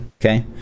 okay